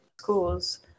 schools